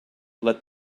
let